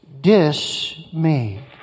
Dismayed